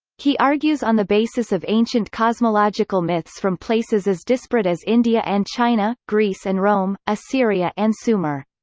he argues on the basis of ancient cosmological myths from places as disparate as india and china, greece and rome, assyria and sumer.